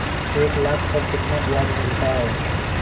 एक लाख पर कितना ब्याज मिलता है?